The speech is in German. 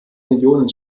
millionen